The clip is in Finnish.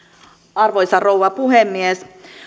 arvoisa rouva puhemies